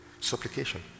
Supplication